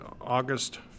August